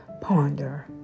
ponder